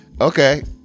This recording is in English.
okay